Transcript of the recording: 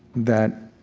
that